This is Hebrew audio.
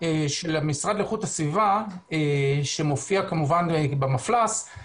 של המשרד להגנת הסביבה שמופיע כמובן במפל"ס,